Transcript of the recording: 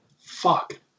Fuck